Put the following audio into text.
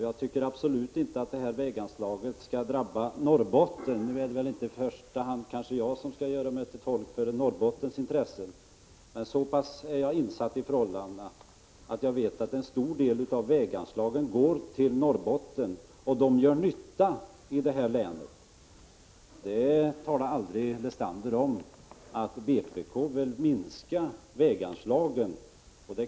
Jag tycker absolut inte att minskningen av väganslagen skall drabba Norrbotten. Det är väl inte i första hand jag som skall göra mig till tolk för Norrbottens intressen, men så pass är jag insatt i förhållandena att jag vet att en stor del av väganslagen går till Norrbotten och att de gör nytta i det länet. Paul Lestander talade aldrig om att vpk vill minska väganslagen.